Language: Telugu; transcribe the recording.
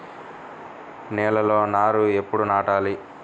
నేలలో నారు ఎప్పుడు నాటాలి?